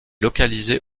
localisé